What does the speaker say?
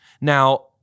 Now